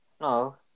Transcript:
No